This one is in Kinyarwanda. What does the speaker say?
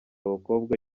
abakobwa